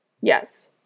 Yes